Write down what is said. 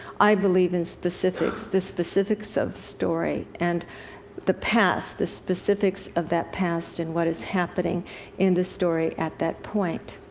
i believe in specifics, the specifics of story, and the past, the specifics of that past, and what is happening in the story at that point.